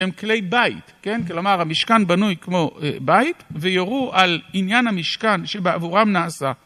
הם כלי בית, כן? כלומר, המשכן בנוי כמו בית, ויורו על עניין המשכן שבעבורם נעשה.